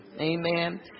Amen